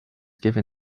given